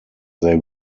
they